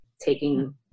taking